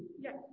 Yes